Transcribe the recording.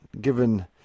given